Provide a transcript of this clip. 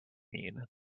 mean